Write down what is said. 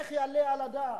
איך יעלה על הדעת?